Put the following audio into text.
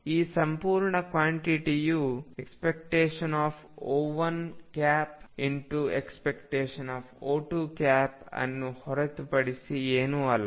ಈ ಸಂಪೂರ್ಣ ಕ್ವಾಂಟಿಟಿಯು ⟨O1⟩⟨O2⟩ ಅನ್ನು ಹೊರತುಪಡಿಸಿ ಏನೂ ಅಲ್ಲ